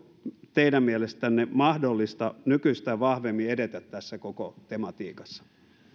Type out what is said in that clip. teidän mielestänne mahdollista nykyistä vahvemmin edetä tässä koko tematiikassa